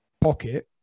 pocket